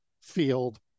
field